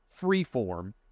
Freeform